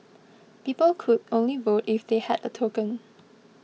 people could only vote if they had a token